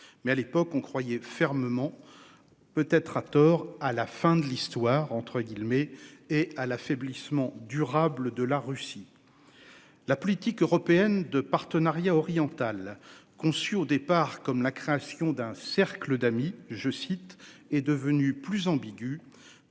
mais à l'époque, on croyait fermement. Peut-être à tort à la fin de l'histoire entre guillemets et à l'affaiblissement durable de la Russie. La politique européenne de partenariat oriental conçu au départ comme la création d'un cercle d'amis je cite est devenue plus ambigu